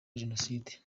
jenoside